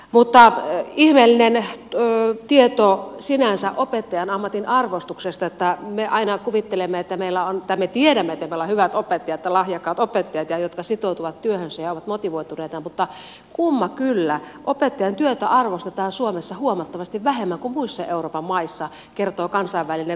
mutta ihmeellinen tieto sinänsä opettajan ammatin arvostuksesta on se että me aina kuvittelemme tai me tiedämme että meillä on hyvät ja lahjakkaat opettajat jotka sitoutuvat työhönsä ja ovat motivoituneita mutta kumma kyllä opettajan työtä arvostetaan suomessa huomattavasti vähemmän kuin muissa euroopan maissa kertoo kansainvälinen vertailututkimus